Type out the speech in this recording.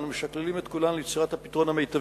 אנו משקללים את כולן ליצירת הפתרון המיטבי.